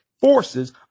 forces